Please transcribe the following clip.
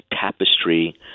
tapestry